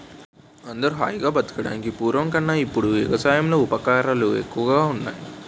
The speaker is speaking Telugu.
అందరూ హాయిగా బతకడానికి పూర్వం కన్నా ఇప్పుడే ఎగసాయంలో ఉపకరణాలు ఎక్కువగా ఉన్నాయ్